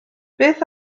beth